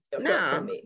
no